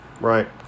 right